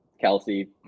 Kelsey